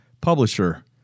publisher